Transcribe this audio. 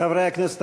חברי הכנסת,